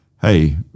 hey